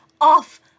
off